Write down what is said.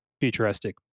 futuristic